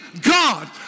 God